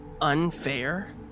Unfair